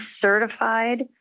certified